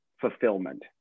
fulfillment